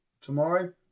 tomorrow